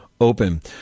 open